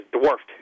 dwarfed